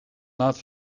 naad